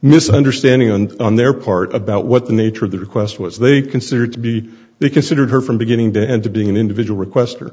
misunderstanding and on their part about what the nature of the request was they considered to be they considered her from beginning to end to being an individual request